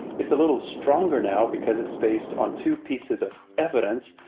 it's a little stronger now because it's based on two pieces of evidence.